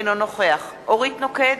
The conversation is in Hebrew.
אינו נוכח אורית נוקד,